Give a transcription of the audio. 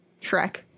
Shrek